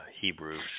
Hebrew